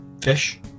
Fish